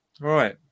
Right